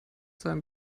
sein